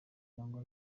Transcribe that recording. cyangwa